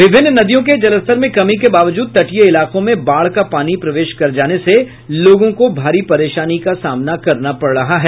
विभिन्न नदियों के जलस्तर में कमी के बावजूद तटीय इलाकों में बाढ़ का पानी प्रवेश कर जाने से लोगों को भारी परेशानी का सामना करना पड़ रहा है